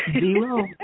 Zero